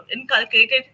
inculcated